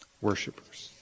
worshippers